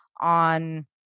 on